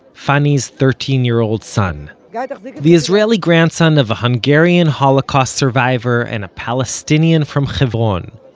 fanny's thirteen-year-old son. yeah the the israeli grandson of a hungarian holocaust survivor and a palestinian from hebron,